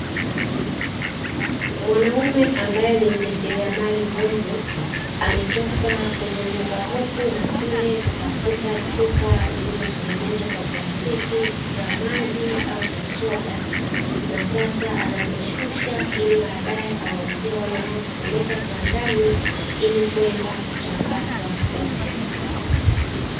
Mwanaume ambaye ni mjasiriamali mdogo, ametoka kuzunguka huku na kule kutafuta chupa zilizotengenezwa kwa plastiki za maji au za soda na sasa anazishusha, ili baadae awauzie wale wanaozipeleka kiwandani ili kwenda kuchakatwa upya.